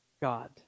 God